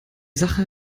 sache